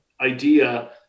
idea